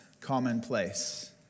commonplace